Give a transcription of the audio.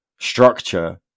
structure